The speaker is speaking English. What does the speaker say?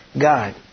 God